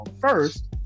first